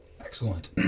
Excellent